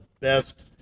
best